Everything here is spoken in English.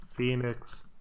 phoenix